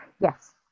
Yes